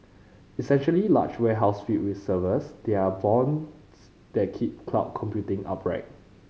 essentially large warehouses filled with servers they are bones that keep cloud computing upright